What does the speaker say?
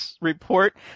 report